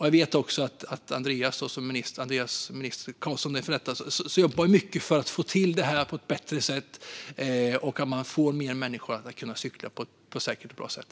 Jag vet också att Andreas Carlson, ministern, jobbar mycket för att se till att man kan få fler människor att cykla på ett säkert och bra sätt.